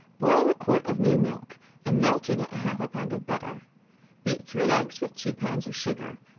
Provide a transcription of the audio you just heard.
boil a quart of new milk and melt in it half a pound of butter beat three eggs with two pounds of sugar,